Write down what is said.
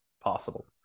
possible